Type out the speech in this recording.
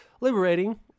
liberating